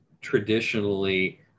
traditionally